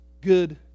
good